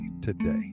today